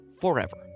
forever